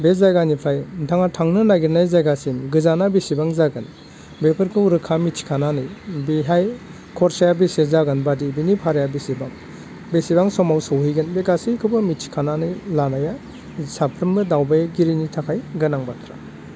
बे जायगानिफ्राय नोंथाङा थांनो नागिरनाय जायगासिम गोजाना बेसेबां जागोन बेफोरखौ रोखा मिथिखानानै बेहाय खरसाया बेसे जागोनबादि बिनि भाराया बेसेबां बेसेबां समाव सहैगोन बे गासैखौबो मिथिखानानै लानाया साफ्रोमबो दावबायगिरिनि थाखाय गोनां बाथ्रा